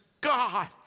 God